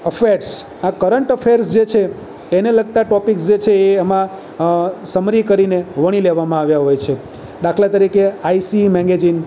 affairs આ current affairs જે છે એને લગતા ટોપિક્સ જે છે એ એમાં સમરી કરીને વણી લેવામાં આવ્યા હોય છે દાખલા તરીકે આઈ સી મેગેઝીન